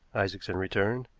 isaacson returned.